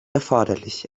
erforderlich